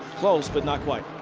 close but not quite.